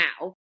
now